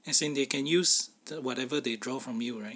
as in they can use th~ whatever they draw from you right